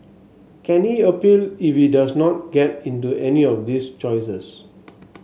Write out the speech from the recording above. can he appeal if he does not get into any of this choices